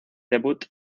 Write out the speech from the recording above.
debut